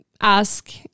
ask